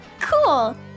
Cool